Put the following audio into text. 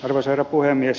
arvoisa herra puhemies